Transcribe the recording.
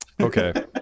Okay